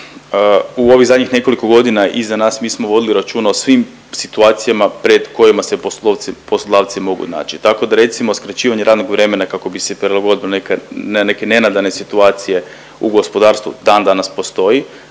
U ovih zadnjih nekoliko godina iza nas, mi smo vodili računa o svim situacijama pred kojima se poslodavci mogu naći, tako da recimo skraćivanje radnog vremena kako bi se prilagodilo na neke nenadane situacije u gospodarstvu dan danas postoji,